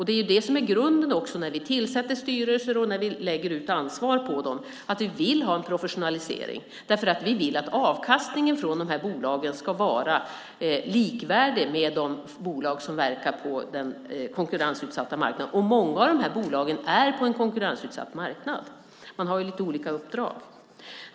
Det är också grunden när vi tillsätter styrelser och lägger ansvar på dem. Vi vill ha en professionalisering. Vi vill att avkastningen från bolagen ska vara likvärdig med den från bolag som verkar på den konkurrensutsatta marknaden, och många av dessa bolag finns på en konkurrensutsatt marknad.